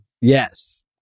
Yes